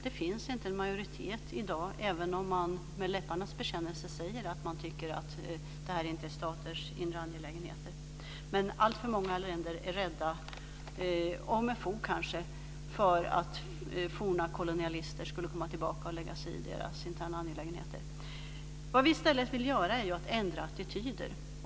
Det finns i dag inte en majoritet för en ändring, även om man med läpparnas bekännelse säger att man tycker att det inte gäller staters inre angelägenheter. Alltför många länder är - kanske med fog - rädda för att forna kolonialister skulle komma tillbaka och lägga sig i deras interna angelägenheter. Vi vill i stället ändra attityder.